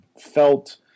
felt